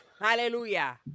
Hallelujah